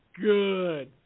good